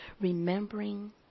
Remembering